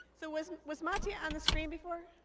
so was was matye on the screen before?